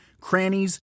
crannies